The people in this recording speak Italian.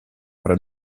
fra